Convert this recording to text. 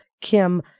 Kim